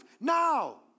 now